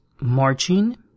marching